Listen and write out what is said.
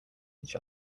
each